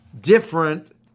different